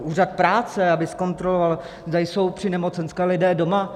Úřad práce, aby zkontroloval, zda jsou při nemocenské lidé doma?